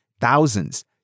thousands